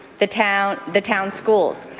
the town the town schools.